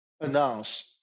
announce